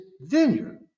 vineyard